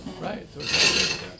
Right